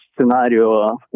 scenario